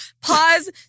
Pause